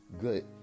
good